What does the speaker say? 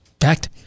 fact